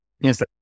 Yes